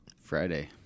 friday